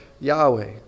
Yahweh